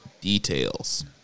details